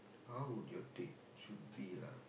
how would your date should be lah